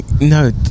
no